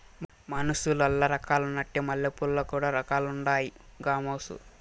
మనుసులల్ల రకాలున్నట్లే మల్లెపూలల్ల కూడా రకాలుండాయి గామోసు